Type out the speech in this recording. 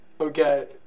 Okay